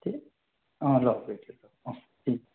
ঠিক অঁ লওক এইটোৱে লওক অঁ ঠিক